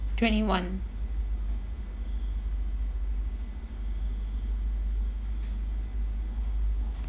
twenty-one